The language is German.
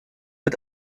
mit